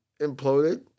imploded